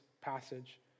passage